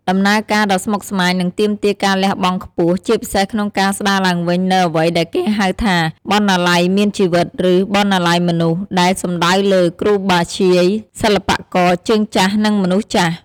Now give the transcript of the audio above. ដំណើរការដ៏ស្មុគស្មាញ និងទាមទារការលះបង់ខ្ពស់ ជាពិសេសក្នុងការស្តារឡើងវិញនូវអ្វីដែលគេហៅថា "បណ្ណាល័យមានជីវិត" ឬ "បណ្ណាល័យមនុស្ស" ដែលសំដៅលើ គ្រូបាធ្យាយ សិល្បករជើងចាស់ និងមនុស្សចាស់។